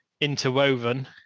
interwoven